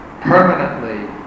permanently